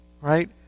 right